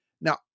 Now